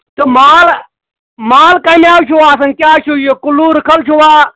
تہٕ مال مال کَمہِ آیہِ چھُو آسَن کیٛاہ چھُو یہِ کُلوٗ رٕکھَل چھُوا